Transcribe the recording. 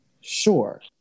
Sure